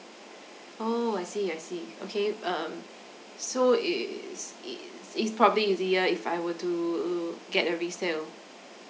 oh I see I see okay um so is is it's probably easier if I were to get a resale